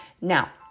now